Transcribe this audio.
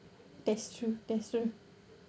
that's true that's true